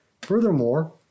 Furthermore